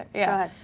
yeah,